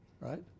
Right